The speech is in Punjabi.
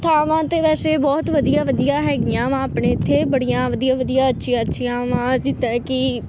ਥਾਵਾਂ ਤਾਂ ਵੈਸੇ ਬਹੁਤ ਵਧੀਆ ਵਧੀਆ ਹੈਗੀਆਂ ਵਾ ਆਪਣੇ ਇੱਥੇ ਬੜੀਆਂ ਵਧੀਆ ਵਧੀਆ ਅੱਛੀਆਂ ਅੱਛੀਆਂ ਵਾਂ ਜਿੱਦਾਂ ਕਿ